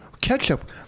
ketchup